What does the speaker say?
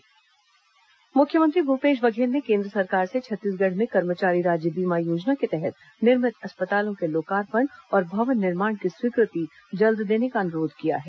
मुख्यमंत्री अस्पताल मुख्यमंत्री भूपेश बघेल ने केन्द्र सरकार से छत्तीसगढ़ में कर्मचारी राज्य बीमा योजना के तहत निर्मित अस्पतालों के लोकार्पण और भवन निर्माण की स्वीकृति जल्द देने का अनुरोध किया है